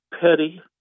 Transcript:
petty